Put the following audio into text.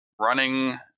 running